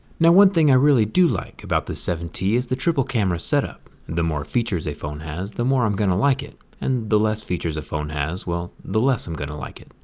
now one thing i really do like about the seven t is the triple camera set up. the more features a phone has, the more i'm going to like it. and the less features a phone has, well, the less i'm going to like it.